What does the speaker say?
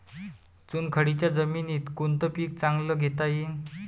चुनखडीच्या जमीनीत कोनतं पीक चांगलं घेता येईन?